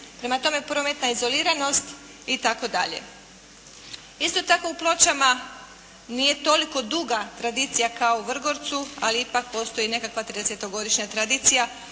Prema tome prometna izoliranost itd. Isto tako u Pločama nije toliko duga tradicija kao u Vrgorcu, ali ipak postoji nekakva tridesetogodišnja tradicija,